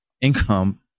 income